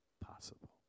possible